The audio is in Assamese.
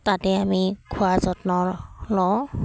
তাতে আমি খোৱা যত্ন লওঁ